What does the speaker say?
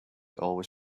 always